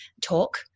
talk